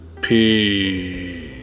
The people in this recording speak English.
Peace